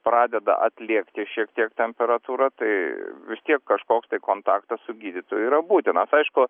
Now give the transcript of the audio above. pradeda atlėgti šiek tiek temperatūra tai vis tiek kažkoks tai kontaktas su gydytoju yra būtinas aišku